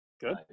good